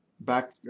Back